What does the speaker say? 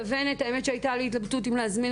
האמת היא שהייתה לי התלבטות אם להזמין